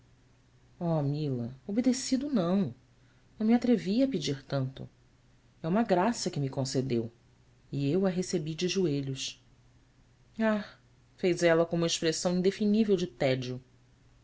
oh mila obedecido não não me atrevia a pedir tanto é uma graça que me concedeu e eu a recebi de joelhos h fez ela com uma expressão indefinível de tédio